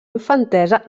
infantesa